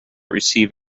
receive